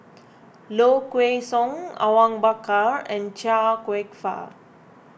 Low Kway Song Awang Bakar and Chia Kwek Fah